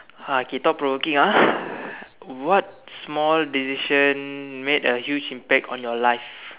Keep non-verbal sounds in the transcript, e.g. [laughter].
uh okay thought provoking ah [breath] what small decision made a huge impact on your life